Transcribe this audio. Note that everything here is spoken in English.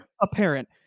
apparent